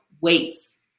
weights